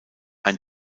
ein